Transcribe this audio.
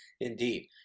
Indeed